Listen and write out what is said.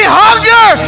hunger